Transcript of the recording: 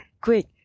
Quick